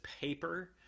paper